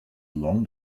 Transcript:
long